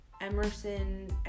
Emerson